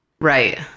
Right